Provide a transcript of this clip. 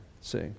See